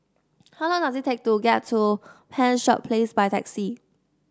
how long does it take to get to Penshurst Place by taxi